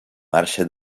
marxa